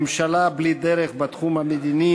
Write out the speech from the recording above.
ממשלה בלי דרך בתחום המדיני,